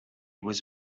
was